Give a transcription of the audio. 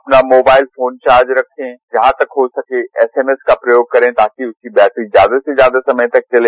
अपना mobile phone charge रखें जहां तक हो सके एसएमएस का प्रयोग करें ताकि उसकी बैट्री ज्यादा से ज्यादा समय तक चले